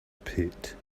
pit